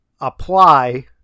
apply